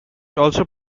also